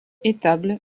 étables